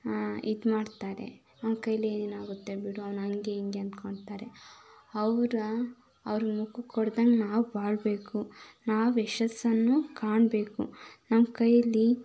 ಇದು ಮಾಡ್ತಾರೆ ಅವ್ನ ಕೈಯಲ್ಲೇನು ಆಗುತ್ತೆ ಬಿಡು ಅವ್ನು ಹಂಗೆ ಹಿಂಗೆ ಅನ್ಕೊತಾರೆ ಅವರ ಅವ್ರ ಮುಖಕ್ಕೆ ಹೊಡ್ದಂಗೆ ನಾವು ಬಾಳಬೇಕು ನಾವು ಯಶಸ್ಸನ್ನು ಕಾಣಬೇಕು ನಮ್ಮ ಕೈಯಲ್ಲಿ